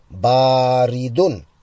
baridun